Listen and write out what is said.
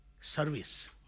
service